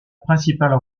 principale